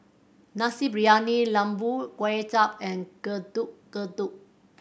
Nasi Briyani Lembu Kuay Chap and Getuk Getuk